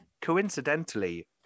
coincidentally